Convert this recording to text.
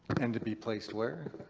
and to be placed where?